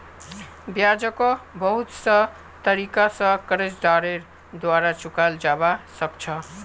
ब्याजको बहुत से तरीका स कर्जदारेर द्वारा चुकाल जबा सक छ